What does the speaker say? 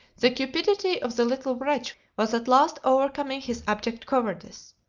the cupidity of the little wretch was at last overcoming his abject cowardice.